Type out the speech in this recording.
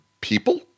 People